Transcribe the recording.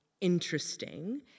interesting